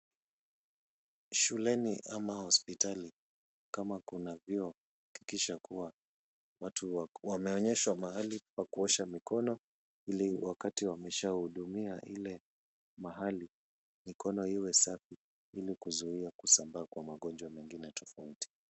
Shuleni ama hospitali, kama kuna vyoo hakikisha kuwa watu wameonyeshwa mahali pa kuosha mikono ili wakati wameshahudumia ile mahali, mikono iwe safi ili kuzuia kusambaa kwa magonjwa mengine tofauti.